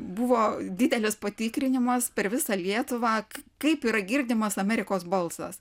buvo didelis patikrinimas per visą lietuvą kaip yra girdimas amerikos balsas